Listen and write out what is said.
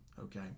Okay